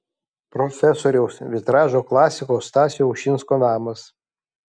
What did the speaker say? profesoriaus vitražo klasiko stasio ušinsko namas